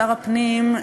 שר הפנים,